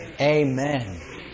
Amen